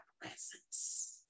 presence